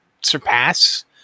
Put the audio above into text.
surpass